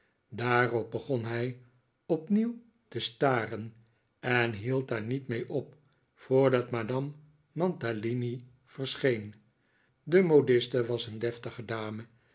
daarop begon hij opnieuw te staren en hield daar niet mee op voordat madame mantalini verscheen de modiste was een deftige dame